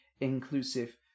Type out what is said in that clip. inclusive